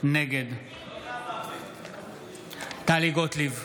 נגד טלי גוטליב,